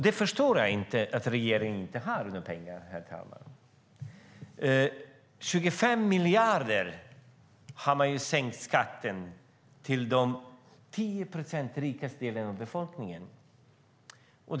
Jag förstår att regeringen inte har några pengar, herr talman. Man har ju sänkt skatten med 25 miljarder för de 10 procent av befolkningen som är rikast.